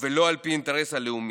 ולא על פי האינטרס הלאומי,